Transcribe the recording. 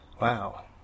Wow